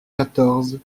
quatorze